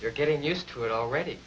you're getting used to it already